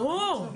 ברור.